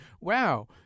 wow